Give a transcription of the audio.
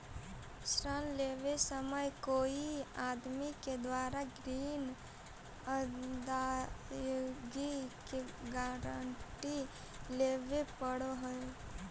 ऋण लेवे समय कोई आदमी के द्वारा ग्रीन अदायगी के गारंटी लेवे पड़ऽ हई